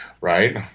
Right